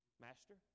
Master